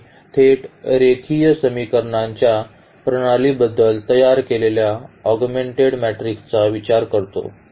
आम्ही थेट रेखीय समीकरणांच्या प्रणालीद्वारे तयार केलेल्या ऑगमेंटेड मॅट्रिक्सचा विचार करतो